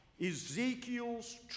Ezekiel's